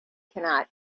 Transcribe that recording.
cannot